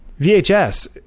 vhs